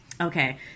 Okay